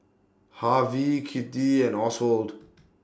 Harvie Kitty and Oswald